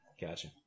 gotcha